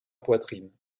poitrine